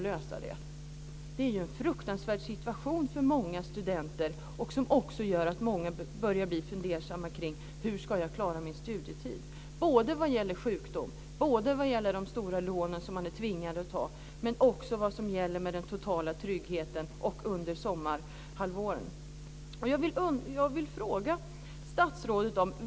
För många är det en fruktansvärd situation, och många börjar fundera över hur de ska klara sina studier - vad gäller sjukdom, lån och tryggheten under sommarhalvåret.